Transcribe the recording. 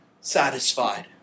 satisfied